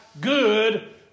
good